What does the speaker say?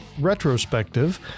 retrospective